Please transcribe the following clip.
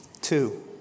Two